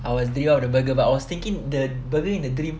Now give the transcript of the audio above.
I was dreaming of the burger but I was thinking the burger in the dream